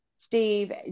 Steve